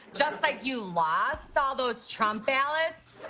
just like you lost all those trump ballots.